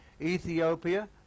Ethiopia